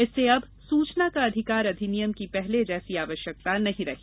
इससे अब सूचना का अधिकार अधिनियम की पहले जैसी आवश्यकता नहीं रही